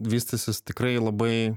vystysis tikrai labai